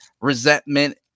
resentment